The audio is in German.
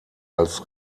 als